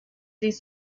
this